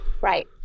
right